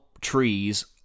trees